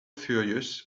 furious